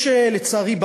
לצערי,